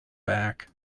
back